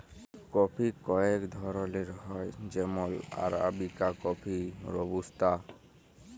coffee কয়েক ধরলের হ্যয় যেমল আরাবিকা কফি, রবুস্তা